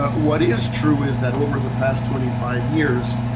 what is true is that over the past twenty five years,